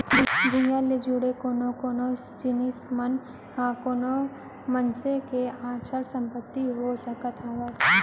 भूइयां ले जुड़े कोन कोन जिनिस मन ह कोनो मनसे के अचल संपत्ति हो सकत हवय?